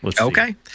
Okay